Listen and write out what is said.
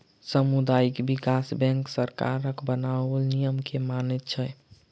सामुदायिक विकास बैंक सरकारक बनाओल नियम के मानैत छै